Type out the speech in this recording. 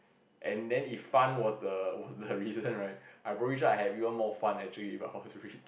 and then if fun was the was the reason right I'm pretty sure I will have even more fun actually if I were rich